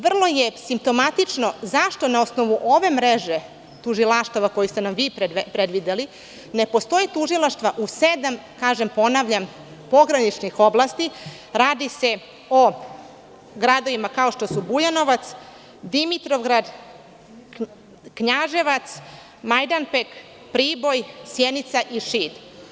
Vrlo je simptomatično zašto na osnovu ove mreže tužilaštava, koju ste nam vi predvideli, ne postoje tužilaštva u sedam pograničnih oblasti, a radi se o gradovima kao što su Bujanovac, Dimitrovgrad, Knjaževac, Majdanpek, Priboj, Sjenica i Šid.